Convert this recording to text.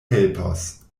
helpos